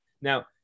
Now